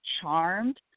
Charmed